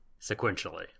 sequentially